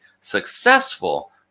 successful